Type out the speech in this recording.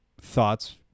thoughts